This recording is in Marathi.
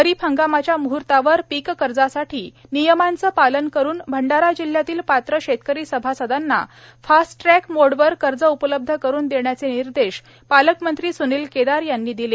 खरीप हंगामाच्या मुहूर्तावर पीक कर्जासाठी नियमांचे पालन करून भंडारा जिल्ह्यातील पाव शेतकरी सभासदांना फास्टट्रॅक मोडवर कर्ज उपलब्ध करून देण्याचे निर्देश पालकमंत्री सुनील केदार यांनी दिले